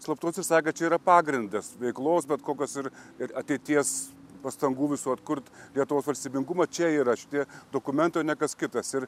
slaptus ir sakė kad čia yra pagrindas veiklos bet kokios ir ir ateities pastangų visų atkurt lietuvos valstybingumą čia yra šitie dokumentai o ne kas kitas ir